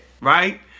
right